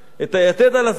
את היתד על אזניך,